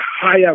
higher